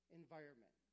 environment